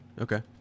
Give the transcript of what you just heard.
Okay